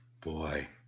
boy